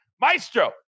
maestro